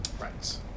Right